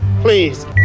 Please